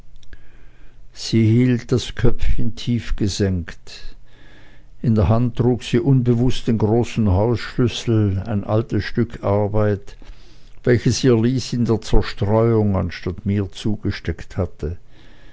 sie hielt das köpfchen tief gesenkt in der hand trug sie unbewußt den großen hausschlüssel ein altes stück arbeit welches ihr lys in der zerstreuung anstatt mir zugesteckt hatte